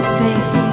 safe